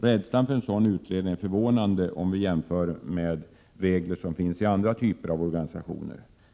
Rädslan för en sådan utredning är förvånande, om man tänker på reglerna för andra typer av organisationer.